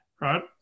right